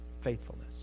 faithfulness